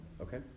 Okay